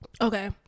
Okay